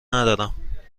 ندارم